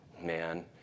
Man